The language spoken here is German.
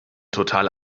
total